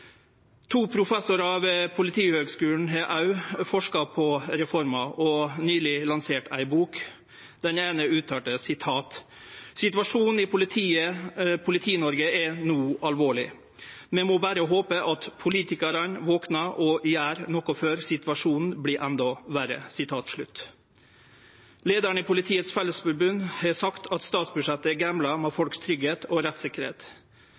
To professorar ved Politihøgskolen har òg forska på reforma og nyleg lansert ei bok. Den eine uttalte: «Situasjonen i Politi-Norge er nå alvorlig. Vi må bare håpe at politikerne våkner og gjør noe før situasjonen blir enda verre.» Leiaren i Politiets Fellesforbund har sagt at statsbudsjettet gamblar med tryggleiken og